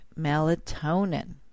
melatonin